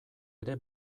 ere